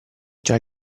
già